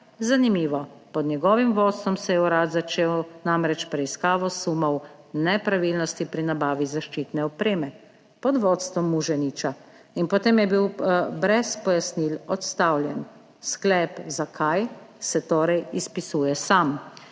Zanimivo. Pod njegovim vodstvom se je Urad začel namreč s preiskavo sumov nepravilnosti pri nabavi zaščitne opreme, pod vodstvom Muženiča in potem je bil brez pojasnil odstavljen. Sklep: zakaj se torej izpisuje sam?